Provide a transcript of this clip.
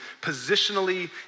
positionally